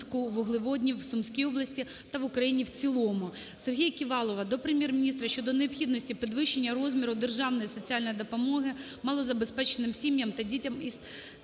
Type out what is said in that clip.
Дякую